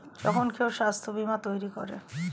যখন কেউ স্বাস্থ্য বীমা তৈরী করে